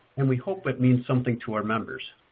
and we hope it means something to our members.